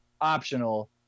optional